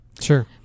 Sure